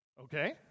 Okay